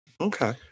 Okay